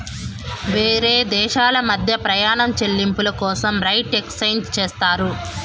వేరే దేశాల మధ్య ప్రయాణం చెల్లింపుల కోసం రేట్ ఎక్స్చేంజ్ చేస్తారు